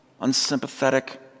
unsympathetic